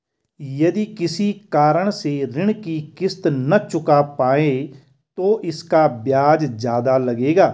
यदि किसी कारण से ऋण की किश्त न चुका पाये तो इसका ब्याज ज़्यादा लगेगा?